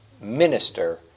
minister